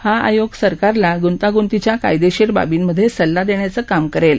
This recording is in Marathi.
हा आयोग सरकारला ग्ंताग्ंतीच्या कायदेशीर बाबींमध्ये सल्ला देण्याचं काम करेल